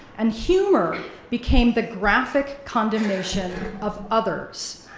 and humor became the graphic condemnation of others,